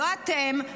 לא אתם,